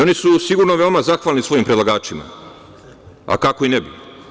Oni su sigurno veoma zahvalni svojim predlagačima, a kako i ne bi.